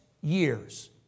years